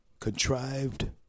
contrived